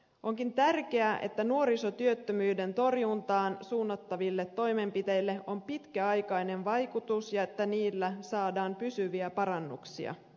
onkin tärkeää että nuorisotyöttömyyden torjuntaan suunnattavilla toimenpiteillä on pitkäaikainen vaikutus ja että niillä saadaan aikaan pysyviä parannuksia